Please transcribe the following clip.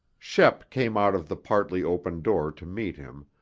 shep came out of the partly open door to meet him,